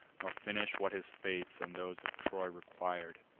nor finish what his fates, and those of troy, requir'd.